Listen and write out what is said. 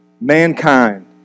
Mankind